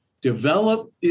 Develop